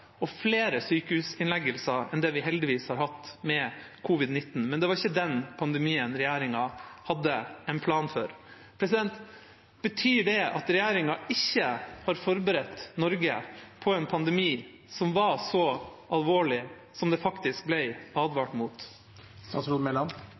og flere sykehusinnleggelser enn det vi heldigvis har hatt med covid-19, men det var ikke den pandemien regjeringa hadde en plan for. Betyr det at regjeringa ikke hadde forberedt Norge på en pandemi som var så alvorlig som det faktisk